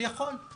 אני יכול.